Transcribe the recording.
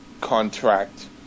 contract